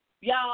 Y'all